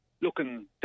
looking